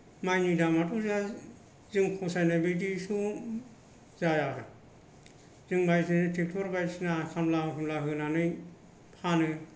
माइनि दामाथ' दा जों फसायनाय बायदिथ' जाया आरो जों बायदिसिना ट्रेक्ट'र बायदिसिना खामला सामला होमनानै फानो